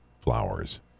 flowers